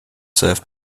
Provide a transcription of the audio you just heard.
served